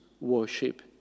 worship